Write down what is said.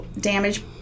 damage